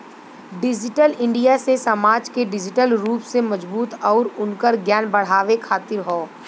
digital India से समाज के डिजिटल रूप से मजबूत आउर उनकर ज्ञान बढ़ावे खातिर हौ